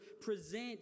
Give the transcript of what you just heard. present